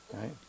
Right